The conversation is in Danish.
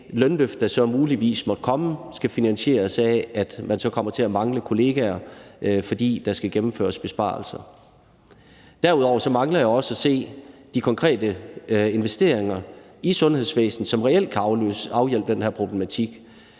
det lønløft, der så muligvis måtte komme, skal finansieres af, at man så kommer til at mangle kollegaer, fordi der skal gennemføres besparelser. Derudover mangler jeg også at se de konkrete investeringer i sundhedsvæsenet, som reelt kan afhjælpe den her problematik.